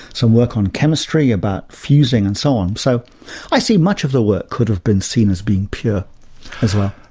some work on chemistry about fusing and so on. so i see much of the work could have been seen as being pure as well.